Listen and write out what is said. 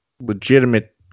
legitimate